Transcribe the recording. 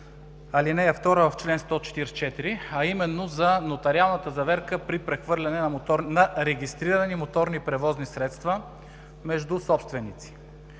ал. 2 в чл. 144, а именно за нотариалната заверка при прехвърляне на регистрирани моторни превозни средства между собственици.